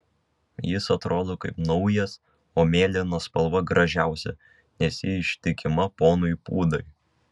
jis atrodo kaip naujas o mėlyna spalva gražiausia nes ji ištikima ponui pūdai